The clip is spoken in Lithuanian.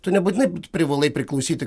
tu nebūtinai privalai priklausyti